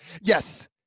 Yes